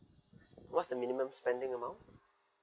what's the minimum spending amount